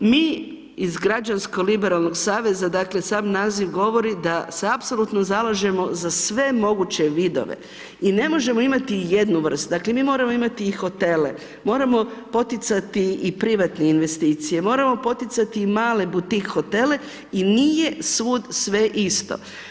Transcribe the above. Mi iz Građansko-liberalnog saveza, dakle sam naziv govori da se apsolutno zalažemo za sve moguće vidove i ne možemo imati jednu vrstu, dakle mi moramo imati i hotele, moramo poticati i privatne investicije, moramo poticati i male butik hotele i nije svud sve isto.